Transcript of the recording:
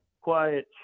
quiet